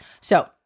So-